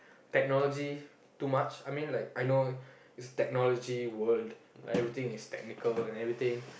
technologies too much I mean like I know it's technology world like everything is technical and everything